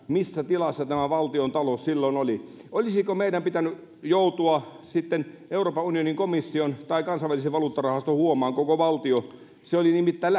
missä tilassa tämä valtiontalous silloin oli olisiko meidän pitänyt joutua euroopan unionin komission tai kansainvälisen valuuttarahaston huomaan koko valtion se oli nimittäin